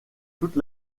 toute